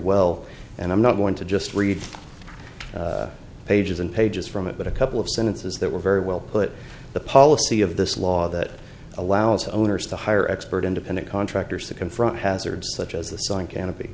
well and i'm not going to just read pages and pages from it but a couple of sentences that were very well put the policy of this law that allows owners to hire expert independent contractors to confront hazards such as th